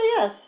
yes